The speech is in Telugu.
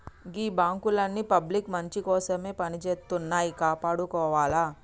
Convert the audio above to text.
గీ బాంకులన్నీ పబ్లిక్ మంచికోసమే పనిజేత్తన్నయ్, కాపాడుకోవాల